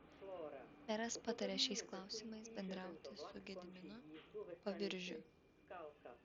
meras patarė šiais klausimais bendrauti su gediminu paviržiu